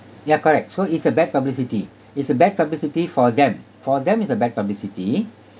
ya correct so it's a bad publicity it's a bad publicity for them for them is a bad publicity